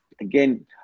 Again